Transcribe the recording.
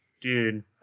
Dude